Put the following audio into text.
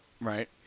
Right